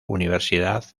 universidad